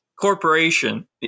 corporation